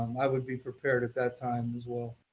um i would be prepared at that time, as well.